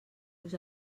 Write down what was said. los